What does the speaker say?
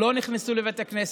לא נכנסו לבית הכנסת,